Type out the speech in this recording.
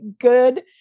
good